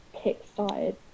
kick-started